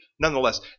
nonetheless